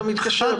אתה מתקשר,